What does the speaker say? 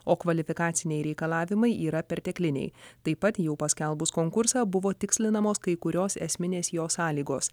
o kvalifikaciniai reikalavimai yra pertekliniai taip pat jau paskelbus konkursą buvo tikslinamos kai kurios esminės jo sąlygos